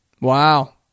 Wow